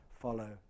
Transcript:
follow